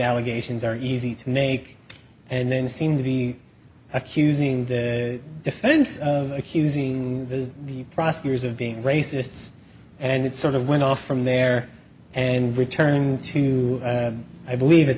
allegations are easy to nake and then seem to be accusing the defense of accusing the prosecutors of being racists and it sort of went off from there and return to i believe at